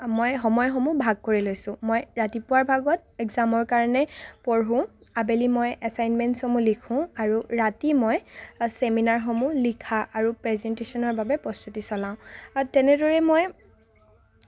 মই সময়সমূহ ভাগ কৰি লৈছো মই ৰাতিপুৱাৰ ভাগত একজামৰ কাৰণে পঢ়ো আবেলি মই এছাইনমেন্টছসমূহ লিখো আৰু ৰাতি মই চেমিনাৰসমূহ লিখা আৰু প্ৰেজেন্টেচনৰ বাবে প্ৰস্তুতি চলাওঁ আও তেনেদৰে মই